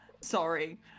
sorry